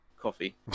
Coffee